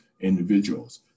individuals